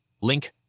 link